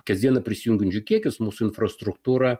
kasdieną prisijungiančių kiekis mūsų infrastruktūra